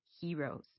heroes